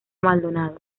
maldonado